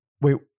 Wait